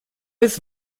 his